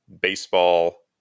baseball